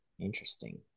interesting